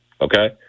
okay